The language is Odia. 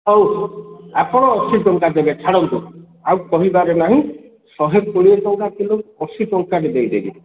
ହଉ ଆପଣ ଅଶୀ ଟଙ୍କା ଦେବେ ଛାଡ଼ନ୍ତୁ ଆଉ କହିବାରେ ନାହିଁ ଶହେ କୋଡ଼ିଏ ଟଙ୍କା କିଲୋ ଅଶୀ ଟଙ୍କାରେ ଦେଇ ଦେବି